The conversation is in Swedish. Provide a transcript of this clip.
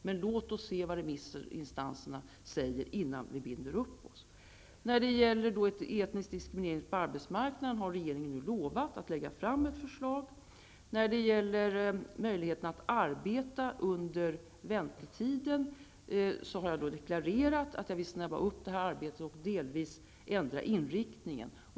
Men låt oss se vad remissinstanserna säger innan vi binder upp oss. När det gäller etnisk diskriminering på arbetsmarknaden har regeringen lovat att lägga fram ett förslag. När det gäller möjligheten att arbeta under väntetiden har jag deklarerat att jag vill snabba upp arbetet och delvis ändra inriktningen.